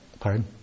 Pardon